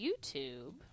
youtube